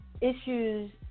issues